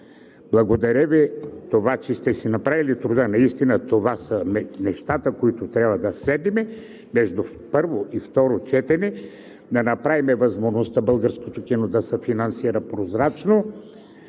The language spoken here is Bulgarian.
благодаря Ви за това, че сте си направила труда. Наистина това са нещата, които трябва да седнем между и първо и второ четене, да направим възможно българското кино да се финансира прозрачно,